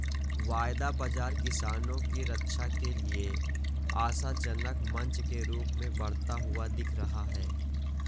वायदा बाजार किसानों की रक्षा के लिए आशाजनक मंच के रूप में बढ़ता हुआ दिख रहा है